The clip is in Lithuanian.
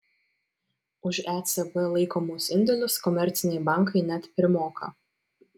už ecb laikomus indėlius komerciniai bankai net primoka